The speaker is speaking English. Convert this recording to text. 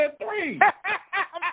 three